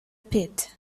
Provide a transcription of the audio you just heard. pit